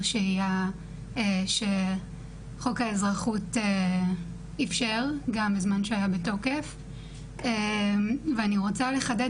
שהייה שחוק האזרחות אפשר גם בזמן שהיה תוקף ואני רוצה לחדד